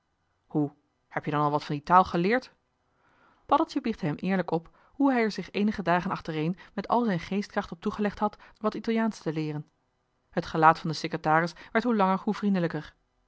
hoe heb-je dan al wat van die taal geleerd paddeltje biechtte hem eerlijk op hoe hij er zich eenige dagen achtereen met al zijn geestkracht op toegelegd had wat italiaansch te leeren het gelaat van den secretaris werd hoe langer hoe vriendelijker